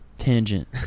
tangent